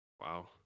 Wow